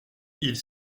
ils